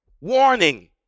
warning